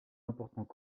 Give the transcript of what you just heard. importants